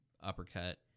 uppercut